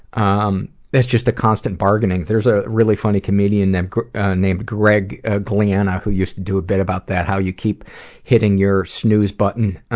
um just a constant bargaining. there's a really funny comedian named greg named greg ah gliena who used to do a bit about that. how you keep hitting your snooze button,